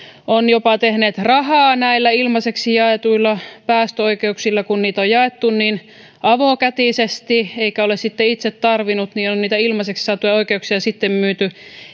ovat jopa tehneet rahaa näillä ilmaiseksi jaetuilla päästöoikeuksilla kun niitä on jaettu niin avokätisesti eikä ole sitten itse tarvinnut niitä niin on niitä ilmaiseksi saatuja oikeuksia sitten myyty